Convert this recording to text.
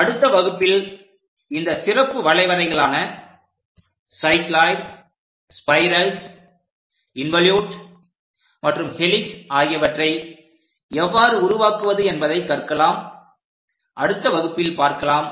அடுத்த வகுப்பில் இந்த சிறப்பு வளைவரைகளான சைக்ளோய்டு ஸ்பைரல்ஸ் இன்வோலுட் மற்றும் ஹெலிக்ஸ் ஆகியவற்றை எவ்வாறு உருவாக்குவது என்பதை கற்கலாம்